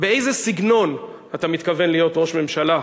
באיזה סגנון אתה מתכוון להיות ראש ממשלה?